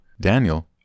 Daniel